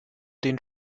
den